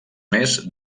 més